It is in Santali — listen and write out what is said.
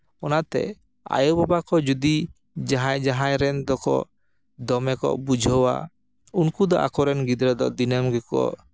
ᱚᱱᱟᱛᱮ ᱟᱭᱳ ᱵᱟᱵᱟ ᱠᱚ ᱡᱩᱫᱤ ᱡᱟᱦᱟᱸᱭ ᱡᱟᱦᱟᱸᱭ ᱨᱮᱱ ᱫᱚᱠᱚ ᱫᱚᱢᱮ ᱠᱚ ᱵᱩᱡᱷᱟᱹᱣᱟ ᱩᱱᱠᱩ ᱫᱚ ᱟᱠᱚᱨᱮᱱ ᱜᱤᱫᱽᱨᱟᱹ ᱫᱚ ᱫᱤᱱᱟᱹᱢ ᱜᱮᱠᱚ